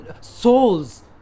souls